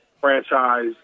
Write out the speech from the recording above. franchise